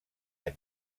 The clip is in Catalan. anys